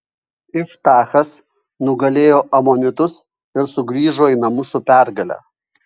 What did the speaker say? iftachas nugalėjo amonitus ir sugrįžo į namus su pergale